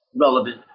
relevant